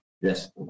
Yes